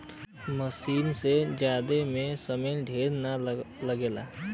मसीन से जोते में समय ढेर ना लगला